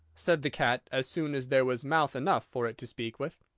said the cat, as soon as there was mouth enough for it to speak with.